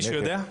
מישהו יודע?